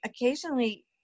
occasionally